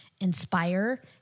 Inspire